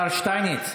השר שטייניץ,